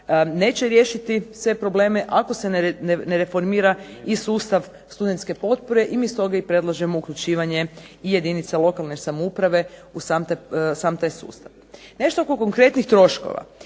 neće riješiti sve probleme ako se ne reformira i sustav studentske potpore. I mi stoga i predlažemo uključivanje i jedinica lokalne samouprave u sam taj sustav. Nešto oko konkretnih troškova.